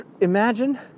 imagine